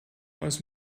aus